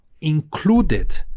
included